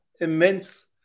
immense